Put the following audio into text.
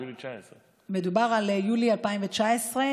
ביולי 2019. מדובר על יולי 2019,